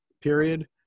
period